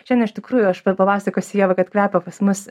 šiandien iš tikrųjų aš papasakosiu ieva kad kvepia pas mus